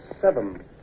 seven